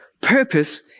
Purpose